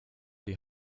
die